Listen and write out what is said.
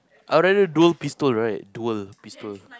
I would rather do pistol right dual pistol